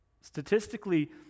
Statistically